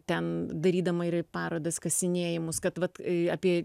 ten darydama ir parodas kasinėjimus kad apie